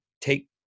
take